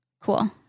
Cool